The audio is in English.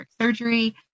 surgery